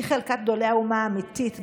היא חלקת גדולי אומה אמיתית.